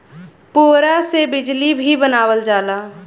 पुवरा से बिजली भी बनावल जाला